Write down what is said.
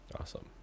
awesome